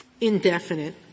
indefinite